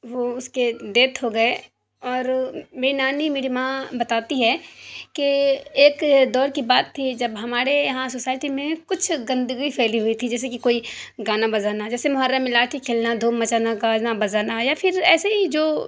وہ اس کے ڈیتھ ہو گئے اور میری نانی میری ماں بتاتی ہے کہ ایک دور کی بات تھی جب ہمارے یہاں سوسائٹی میں کچھ گندگی پھیلی ہوئی تھی جیسے کہ کوئی گانا بجانا جیسے محرم میں لاٹھی کھیلنا دھوم مچانا گانا بجانا یا پھر ایسے ہی جو